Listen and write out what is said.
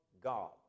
God